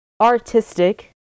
artistic